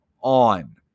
on